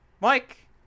Mike